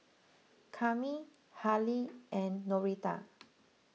Kami Harlie and Norita